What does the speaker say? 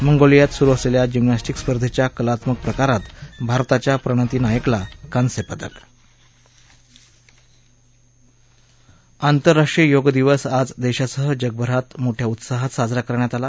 मंगोलियात सुरु असलेल्या जिम्नॅस्टीक स्पर्धेच्या कलात्मक प्रकारात भारताच्या प्रणती नायकला कास्य पदक आंतरराष्ट्रीय योग दिवस आज देशासह जगभरात उत्साहात साजरा करण्यात आला